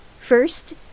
First